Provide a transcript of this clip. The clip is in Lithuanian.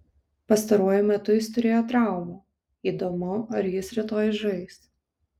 pastaruoju metu jis turėjo traumų įdomu ar jis rytoj žais